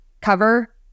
cover